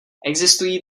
existují